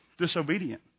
disobedient